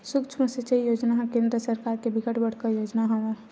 सुक्ष्म सिचई योजना ह केंद्र सरकार के बिकट बड़का योजना हवय